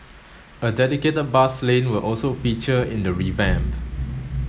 a dedicated bus lane will also feature in the revamp